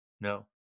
No